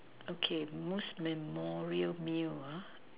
okay most memorial meal uh